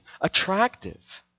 attractive